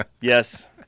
Yes